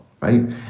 right